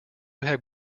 have